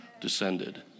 descended